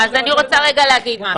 אז אני רוצה להגיד משהו.